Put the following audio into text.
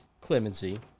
clemency